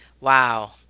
Wow